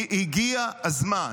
כי הגיע הזמן.